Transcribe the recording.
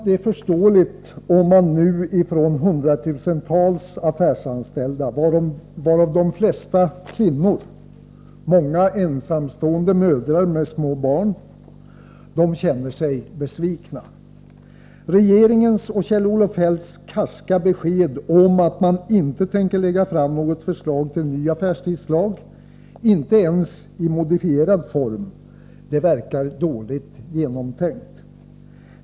Det är förståeligt om man nu bland hundratusentals affärsanställda, varav de flesta är kvinnor — många är ensamstående mödrar med små barn — känner sig besviken. Regeringens och Kjell-Olof Feldts karska besked om att man inte tänker lägga fram något förslag till ny affärstidslag, inte ens i modifierad form, verkar dåligt genomtänkt.